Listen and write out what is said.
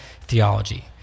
theology